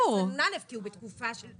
נתנו לו התראה כדי שהוא יתקן.